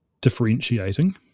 differentiating